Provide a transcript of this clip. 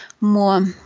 more